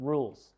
Rules